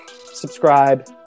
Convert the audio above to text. subscribe